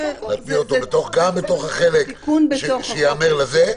גם בתוך החלק שייאמר לזה.